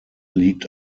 liegt